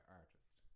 artist